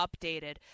updated